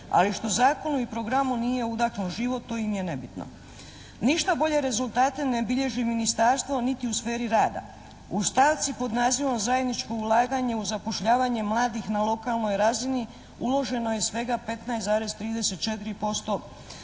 ali što zakonu i programu nije udahlo život to im je nebitno. Ništa bolje rezultate ne bilježi ministarstvo niti u sferi rada. U stavci pod nazivom "Zajedničko ulaganje u zapošljavanje mladih na lokalnoj razini" uloženo je svega 15,34%